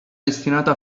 destinata